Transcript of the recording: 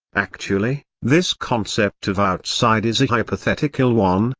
actually, this concept of outside is a hypothetical one,